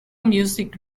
music